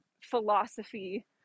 philosophy